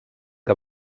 que